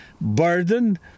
burdened